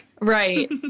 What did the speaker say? Right